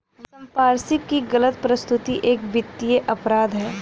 संपार्श्विक की गलत प्रस्तुति एक वित्तीय अपराध है